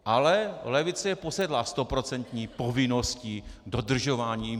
Ale levice je posedlá stoprocentní povinností, dodržováním.